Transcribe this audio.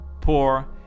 poor